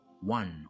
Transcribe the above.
one